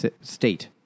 state